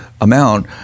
Amount